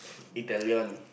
Italian